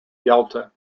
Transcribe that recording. delta